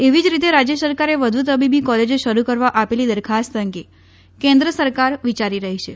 એવી જ રીતે રાજ્ય સરકારે વધુ તબીબી કોલેજો શરૂ કરવા આપેલી દરખાસ્ત અંગે કેન્દ્ર સરકાર વિચારી રહી છે